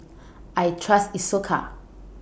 I Trust Isocal